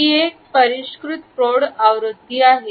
ही एक परिष्कृत प्रौढ आवृत्ती आहे